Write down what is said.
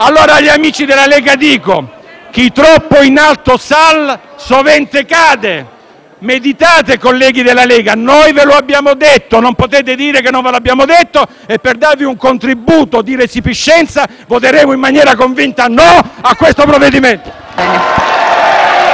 Allora, agli amici della Lega dico: "chi troppo in alto sal, sovente cade". Meditate, colleghi della Lega. Noi ve lo abbiamo detto. Non potete dire che non ve l'abbiamo detto. E, per darvi un contributo di resipiscenza, voteremo in maniera convinta no a questo provvedimento!